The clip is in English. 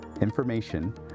information